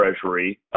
Treasury